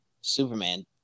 Superman